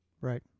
Right